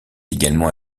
également